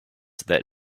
that